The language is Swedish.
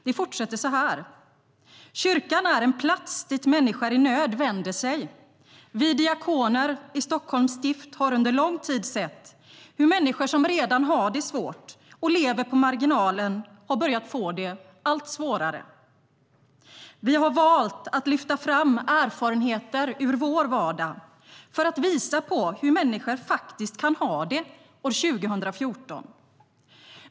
Det står också så här:"Kyrkan är en plats dit människor i nöd vänder sig. Vi diakoner i Stockholms stift har under lång tid sett hur människor, som redan har det svårt och lever på marginalen, har börjat få det allt svårare. Vi har valt att lyfta fram erfarenheter ur vår vardag, för att visa på hur människor faktiskt kan ha det år 2014.